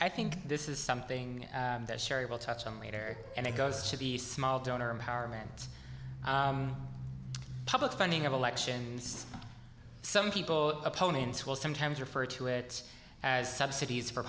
i think this is something that cheri will touch on later and it goes to the small donor empowerment public funding of elections some people opponents will sometimes refer to it as subsidies for